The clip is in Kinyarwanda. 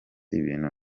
ibintu